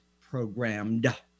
programmed